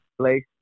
place